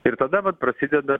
ir tada vat prasideda